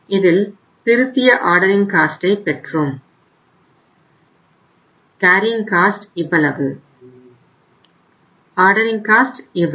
இதில் திருத்திய ஆர்டரிங் காஸ்ட்டை இவ்வளவு